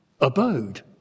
abode